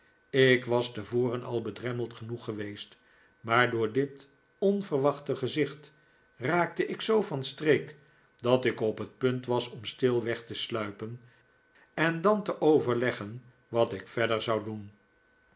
ik was tevoren al bedremmeld genoeg geweest maar door dit onverwachte gezicht raakte ik zoo van streek dat ik op het punt was om stil weg te sluipen en dan te overleggen wat ik ver'der zou doen